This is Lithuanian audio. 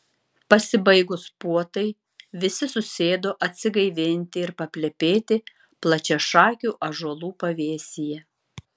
pasibaigus puotai visi susėdo atsigaivinti ir paplepėti plačiašakių ąžuolų pavėsyje